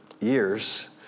Years